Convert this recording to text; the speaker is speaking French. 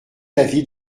l’avis